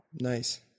Nice